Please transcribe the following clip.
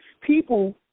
People